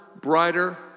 brighter